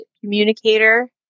communicator